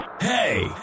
hey